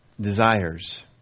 desires